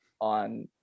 on